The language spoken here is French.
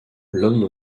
l’homme